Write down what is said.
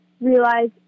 realize